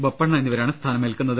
ബൊപണ്ണ എന്നിവരാണ് സ്ഥാനമേൽക്കുന്നത്